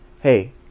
Hey